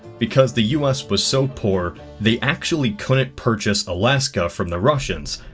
because the u s was so poor, they actually couldn't purchase alaska from the russians.